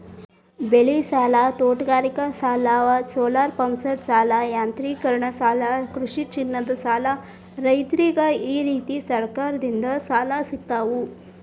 ಬೆಳಿಸಾಲ, ತೋಟಗಾರಿಕಾಸಾಲ, ಸೋಲಾರಪಂಪ್ಸೆಟಸಾಲ, ಯಾಂತ್ರೇಕರಣಸಾಲ ಕೃಷಿಚಿನ್ನದಸಾಲ ರೈತ್ರರಿಗ ಈರೇತಿ ಸರಕಾರದಿಂದ ಸಾಲ ಸಿಗ್ತಾವು